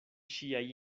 ŝiaj